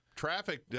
Traffic